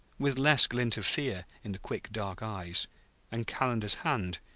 with less glint of fear in the quick, dark eyes and calendar's hand,